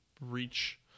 reach